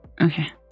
Okay